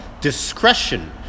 discretion